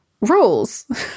rules